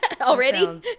Already